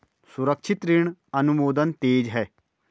सुरक्षित ऋण अनुमोदन तेज है